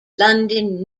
london